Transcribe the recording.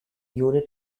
unit